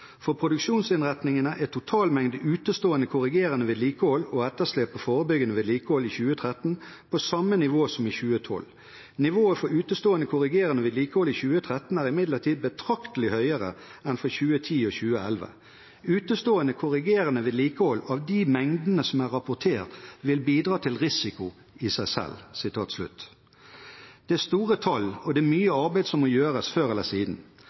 produksjonsinnretninger er total mengde utestående korrigerende vedlikehold og etterslep på forebyggende vedlikehold i 2013 på samme nivå som i 2012. Nivået for utestående korrigerende vedlikehold i 2013 er imidlertid betraktelig høyere enn for 2010 og 2011. Utestående korrigerende vedlikehold av de mengdene som er rapportert vil bidra til risiko i selv.» Det er store tall, og det er mye arbeid som må gjøres før eller siden.